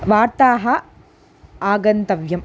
वार्ताः आगन्तव्यम्